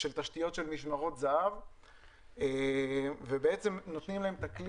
תשתיות של משמרות זה"ב ובעצם נותנים להם את הכלי